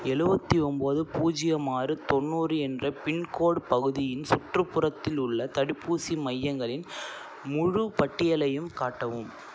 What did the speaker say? எழுபத்தி ஒம்பது பூஜ்ஜியம் ஆறு தொண்ணூறு என்ற பின்கோட் பகுதியின் சுற்றுப்புறத்தில் உள்ள தடுப்பூசி மையங்களின் முழுப் பட்டியலையும் காட்டவும்